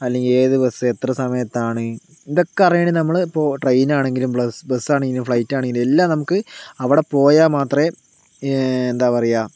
അല്ലെങ്കിൽ ഏത് ബസ് എത്ര സമയത്താണ് ഇതൊക്കെ അറിയണമെങ്കില് നമ്മള് ട്രെയിൻ ആണെങ്കിലും ബസ് ആണെങ്കിലും ഫ്ലൈറ്റ് ആണെങ്കിലും എല്ലാം നമുക്ക് അവിടെ പോയാൽ മാത്രമേ എന്താ പറയുക